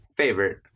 favorite